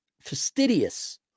fastidious